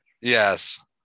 Yes